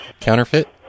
counterfeit